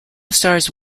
stars